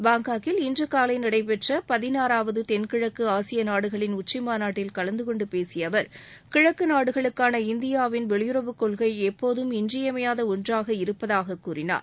பாங்காக்கில் இன்று காலை நடைபெற்ற பதினாறாவது தென்கிாக்கு ஆசிய நாடுகளின் உச்சிமாநாட்டில் கலந்தகொண்டு பேசிய அவர் கிழக்கு நாடுகளுக்காள இந்தியாவின் வெளியுறவுக்கொள்கை எப்போதும் இன்றியமையாத ஒன்றாக இருப்பதாக கூறினார்